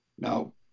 No